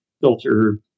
filter